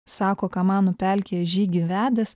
sako kamanų pelkėje žygį vedęs